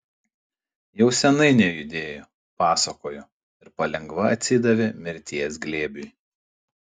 jau seniai nejudėjo pasakojo ir palengva atsidavė mirties glėbiui